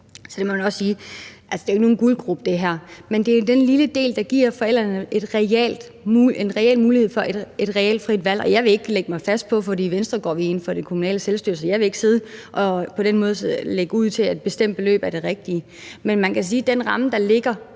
det her ikke er nogen guldgrube. Men det er den lille del, der giver forældrene en reel mulighed for et frit valg. I Venstre går vi ind for det kommunale selvstyre, så jeg vil ikke lægge mig fast på, at et bestemt beløb er det rigtige. Men man kan sige,